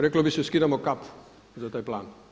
Reklo bi se skidamo kapu za taj plan.